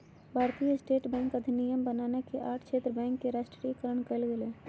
भारतीय state bank अधिनियम बनना के आठ क्षेत्र बैंक के राष्ट्रीयकरण कइल गेलय